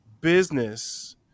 business